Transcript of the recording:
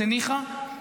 ניחא,